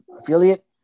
affiliate